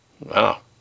Wow